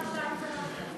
אחת, שתיים, שלוש.